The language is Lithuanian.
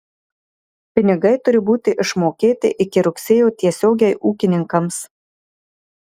pinigai turi būti išmokėti iki rugsėjo tiesiogiai ūkininkams